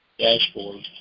dashboard